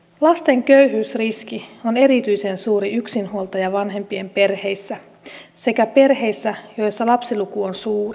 lasten köyhyysriski on erityisen suuri yksinhuoltajavanhempien perheissä sekä perheissä joissa lapsiluku on suuri